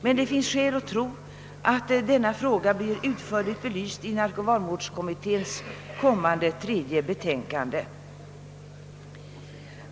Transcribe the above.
Men det finns skäl att tro att denna fråga blir utförligt belyst i narkomanvårdskommitténs kommande tredje betänkande.